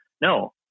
no